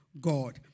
God